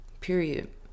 period